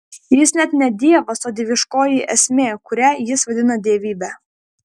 jis net ne dievas o dieviškoji esmė kurią jis vadina dievybe